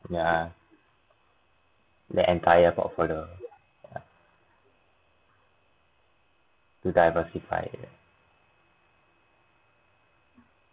ya the entire portfolio ya to diversify